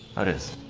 hour is